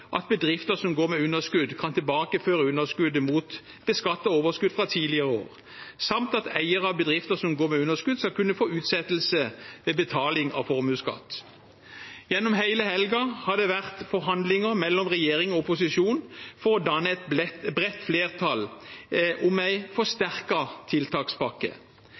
at bedrifter som går med underskudd, kan tilbakeføre underskuddet mot beskattet overskudd fra tidligere år, samt at eiere av bedrifter som går med underskudd, skal kunne få utsettelse med betaling av formuesskatt. Gjennom hele helgen har det vært forhandlinger mellom regjering og opposisjon for å danne et bredt flertall for en forsterket tiltakspakke.